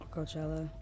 Coachella